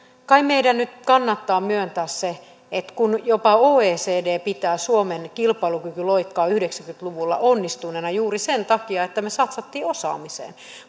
kai meidän nyt kannattaa myöntää se että jopa oecd pitää suomen kilpailukykyloikkaa yhdeksänkymmentä luvulla onnistuneena juuri sen takia että me satsasimme osaamiseen